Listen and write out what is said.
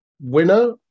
winner